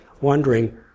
wondering